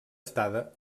estada